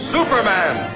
Superman